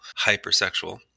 hypersexual